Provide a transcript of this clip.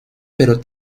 pero